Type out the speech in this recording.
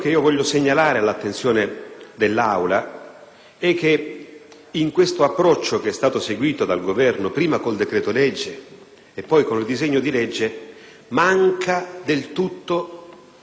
che, nell'approccio che è stato seguito dal Governo prima con il decreto-legge e poi con il disegno di legge, manca del tutto una strategia seria, vera